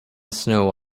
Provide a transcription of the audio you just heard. snow